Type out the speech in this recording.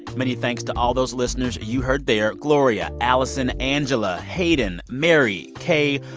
many thanks to all those listeners you heard there gloria, allison, angela, hayden, mary, kaye,